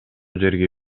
жерге